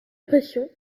pression